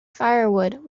firewood